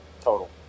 total